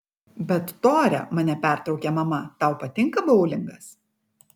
bet tore mane pertraukė mama tau patinka boulingas